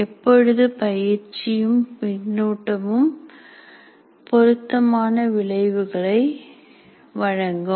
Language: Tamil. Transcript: எப்பொழுது பயிற்சியும் பின்னூட்டமும் பொருத்தமான விளைவுகளை வழங்கும்